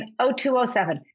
0207